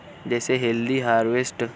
جیسے healthy harvest